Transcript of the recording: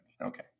Okay